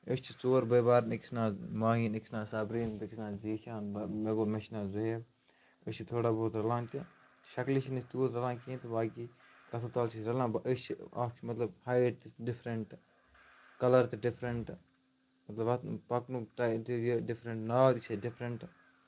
أسۍ چھِ ژور بٲے بارٕنۍ أکِس ناو ماہیٖن أکِس ناو صبریٖن بی أکِس ناو زیٖشان مےٚ گوٚو مےٚ چھُ ناو زُہیب أسۍ چھِ تھوڑا بہت رَلان تہِ شَکلہِ چھِ نہٕ أسۍ تیوٗت رَلان کِہیٖنۍ تہٕ باقٕے کَتھو تلہ چھِ أسۍ رَلان بہٕ أسۍ چھِ اَکھ مطلب ہایِٹ تہِ ڈِفرَنٹ کَلَر تہِ ڈِفرَنٹ مطلب اَتھ پَکنُک ٹاپ یہِ ڈِفرٛٹ ناو تہِ چھِ اَسہِ ڈِفرَنٛٹ